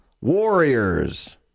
Warriors